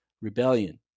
rebellion